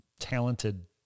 talented